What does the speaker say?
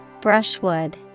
Brushwood